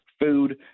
Food